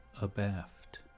Abaft